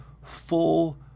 full